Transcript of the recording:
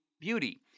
beauty